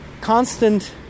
constant